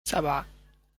سبعة